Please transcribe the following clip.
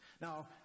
Now